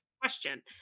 question